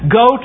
go